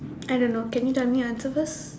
I don't know can you tell me your answer first